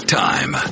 time